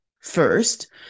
First